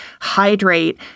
hydrate